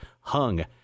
hung